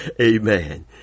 Amen